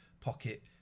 Pocket